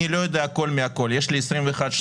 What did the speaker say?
כשתגיע ל-3 גרם סוכר זה יהיה אפס, זה מתאפס למעשה.